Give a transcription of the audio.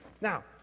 Now